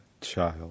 Child